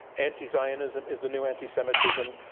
anti-zionism is the new anti-semitism,